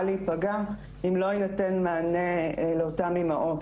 להיפגע אם לא יינתן מענה לאותן אימהות.